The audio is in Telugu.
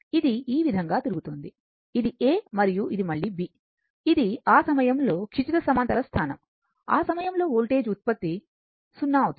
ఇది ఈ విధంగా తిరుగుతోంది ఇది A మరియు ఇది మళ్ళీ B ఇది ఆ సమయంలో క్షితిజ సమాంతర స్థానం ఆ సమయంలో వోల్టేజ్ ఉత్పత్తి 0 అవుతుంది